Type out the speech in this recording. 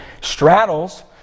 straddles